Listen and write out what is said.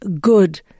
good